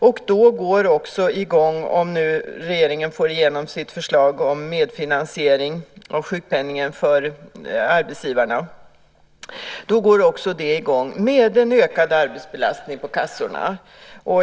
Och om nu regeringen får igenom sitt förslag om medfinansiering av sjukpenningen för arbetsgivarna går också det i gång med en ökad arbetsbelastning på kassorna.